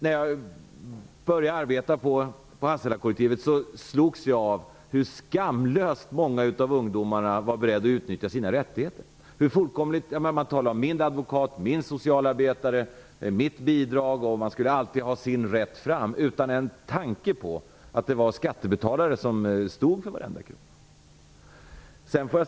När jag började arbeta på Hasselakollektivet slogs jag av hur skamlöst många av ungdomarna var beredda att utnyttja sina rättigheter. Man talade om min advokat, min socialarbetare, mitt bidrag och man skulle alltid ha sin rätt fram, utan en tanke på att det var skattebetalare som stod för varenda krona.